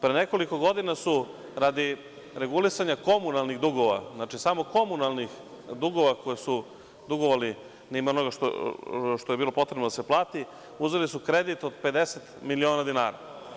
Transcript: Pre nekoliko godina su, radi regulisanja komunalnih dugova, znači samo komunalnih dugova koje su dugovali mimo onoga što je bilo potrebno da se plati, uzeli kredit od 50 miliona dinara.